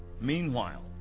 Meanwhile